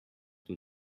two